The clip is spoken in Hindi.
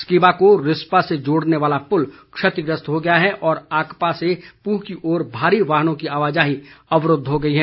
स्कीबा को रिसपा से जोड़ने वाला पुल क्षतिग्रस्त हो गया है और आकपा से पूह की ओर भारी वाहनों की आवाजाही अवरूद्व हो गई है